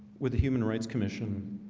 with the human rights commission